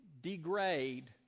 degrade